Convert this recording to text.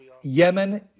Yemen